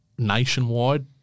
Nationwide